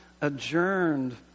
adjourned